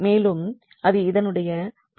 மேலும் அது இதனுடைய ப்ராடக்ட் ஆகும்